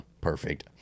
perfect